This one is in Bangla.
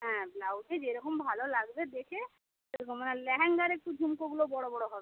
হ্যাঁ ব্লাউজে যেরকম ভালো লাগবে দেখে সেরকম লেহেঙ্গার একটু ঝুমকোগুলো বড় বড় হবে